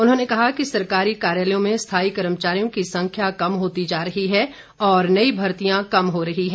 उन्होंने कहा कि सरकारी कार्यालयों में स्थाई कर्मचारियों की संख्या कम होती जा रही है और नई भर्तियां कम हो रही हैं